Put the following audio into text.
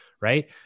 right